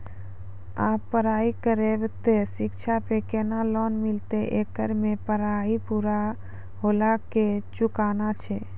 आप पराई करेव ते शिक्षा पे केना लोन मिलते येकर मे पराई पुरा होला के चुकाना छै?